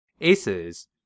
ACES